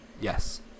Yes